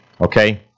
Okay